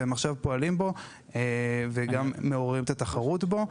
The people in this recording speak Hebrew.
ועכשיו הן פועלות בו ומעוררות את התחרות בו.